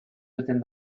within